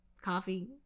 coffee